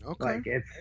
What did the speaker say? Okay